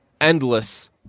endless